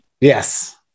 Yes